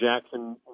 Jackson